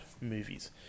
movies